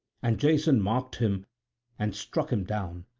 and jason marked him and struck him down,